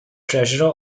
treasurer